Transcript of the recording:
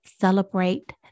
celebrate